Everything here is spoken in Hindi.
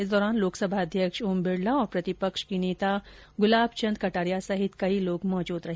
इस दौरान लोकसभा अध्यक्ष ओम बिरला और प्रतिपक्ष के नेता गुलाब चंद कटारिया सहित कई लोग मौजूद रहे